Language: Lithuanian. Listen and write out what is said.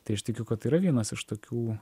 tai aš tikiu kad yra vienas iš tokių